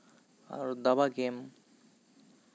ᱟᱨ ᱫᱟᱵᱟ ᱜᱮᱢ